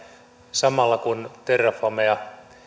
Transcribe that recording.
samalla kun terrafamea